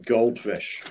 Goldfish